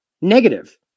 negative